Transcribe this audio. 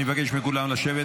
אני מבקש מכולם לשבת,